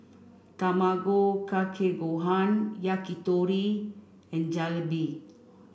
Tamago Kake Gohan Yakitori and Jalebi